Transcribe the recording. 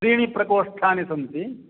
त्रीणि प्रकोष्ठानि सन्ति